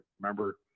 remember